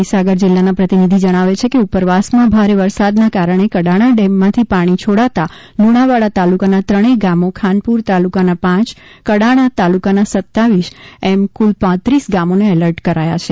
મહીસાગર જિલ્લાના પ્રતિનિધી જણાવે છે કે ઉપરવાસમાં ભારે વરસાદના કારણે કડાણા ડેમમાંથી પાણી છોડતા લુણાવાડાતાલુકાના ત્રણે ગામો ખાનપુર તાલુકાના પાંચ કડાણા તાલુકાના સત્તાવીસ એમ કુલ પાંત્રીસ ગામોને એલટી કરવામાં આવ્યા છે